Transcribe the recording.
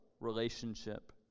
relationship